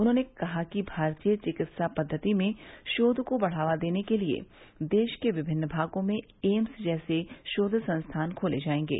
उन्होंने कहा कि भारतीय चिकित्सा पद्वति में शोध को बढ़ावा देने के लिए देश के विभिन्न भागों में एम्स जैसे शोध संस्थान खोले जायेंगे